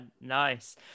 nice